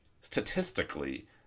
statistically